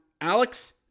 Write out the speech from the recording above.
Alex